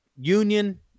union